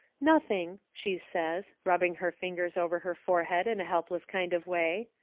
nothing, she says, rubbing her fingers over her forehead in a helpless kind of way,